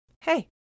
hey